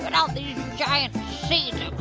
but out these giant seeds